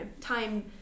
time